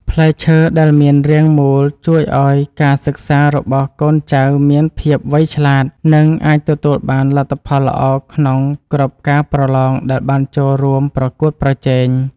ផ្លែឈើដែលមានរាងមូលជួយឱ្យការសិក្សារបស់កូនចៅមានភាពវៃឆ្លាត និង អាចទទួលបានលទ្ធផលល្អក្នុងគ្រប់ការប្រឡងដែលបានចូលរួមប្រកួតប្រជែង។